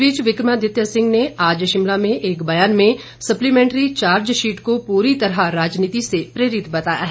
इस बीच विक्रमादित्य सिंह ने आज शिमला में एक ब्यान में सप्लीमेंटरी चार्ज शीट को पूरी तरह राजनीति से प्रेरित बताया है